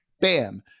bam